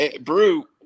Brew